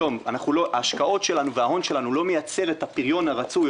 וההשקעות שלנו לא מייצר את הפריון הרצוי,